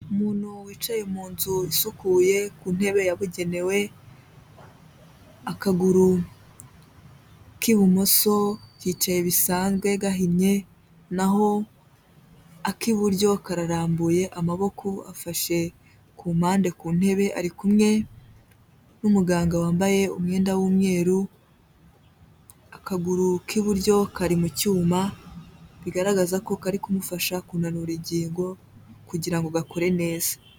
Umuntu wicaye mu nzu isukuye ku ntebe yabugenewe. Akaguru k'ibumoso kicaye bisanzwe gahinnye, naho ak'iburyo kararambuye, amaboko afashe ku mpande ku ntebe, ari kumwe n'umuganga wambaye umwenda w'umweru. Akaguru k'iburyo kari mu cyuma bigaragaza ko kari kumufasha kunanura ingingo kugira ngo gakore neza.